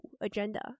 agenda